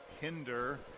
hinder